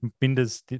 Binder's